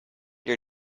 your